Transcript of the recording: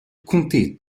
comté